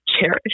cherish